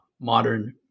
modern